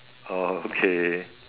oh okay